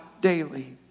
daily